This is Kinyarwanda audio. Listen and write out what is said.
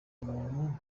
umuntu